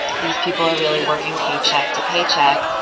these people are really working paycheck to paycheck.